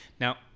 Now